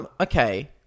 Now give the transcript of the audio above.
Okay